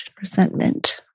resentment